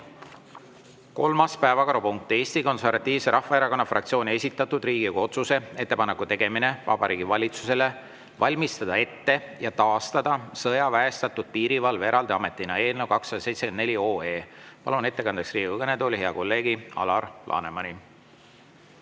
Kolmas päevakorrapunkt: Eesti Konservatiivse Rahvaerakonna fraktsiooni esitatud Riigikogu otsuse "Ettepaneku tegemine Vabariigi Valitsusele valmistada ette ja taastada sõjaväestatud piirivalve eraldi ametina" eelnõu 274. Palun ettekandeks Riigikogu kõnetooli hea kolleegi Alar Lanemani.